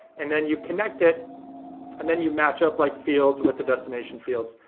and then you connect it and then you match up like fields with the destination fields.